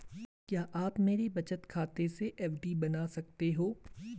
क्या आप मेरे बचत खाते से एफ.डी बना सकते हो?